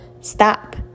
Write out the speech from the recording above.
Stop